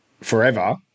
forever